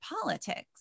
politics